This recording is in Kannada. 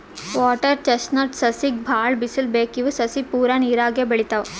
ವಾಟರ್ ಚೆಸ್ಟ್ನಟ್ ಸಸಿಗ್ ಭಾಳ್ ಬಿಸಲ್ ಬೇಕ್ ಇವ್ ಸಸಿ ಪೂರಾ ನೀರಾಗೆ ಬೆಳಿತಾವ್